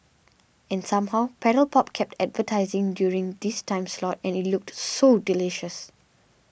and somehow Paddle Pop kept advertising during this time slot and it looked so delicious